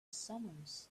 summons